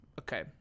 Okay